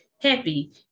happy